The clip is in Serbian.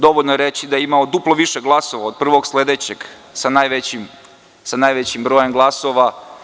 Dovoljno je reći da je imao duplo više glasova od prvog sledećeg sa najvećim brojem glasova.